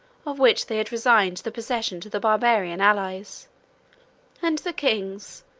of which they had resigned the possession to the barbarian allies and the kings,